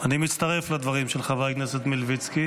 אני מצטרף לדברים של חבר הכנסת מלביצקי